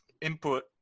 input